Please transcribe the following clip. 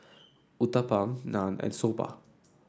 Uthapam Naan and Soba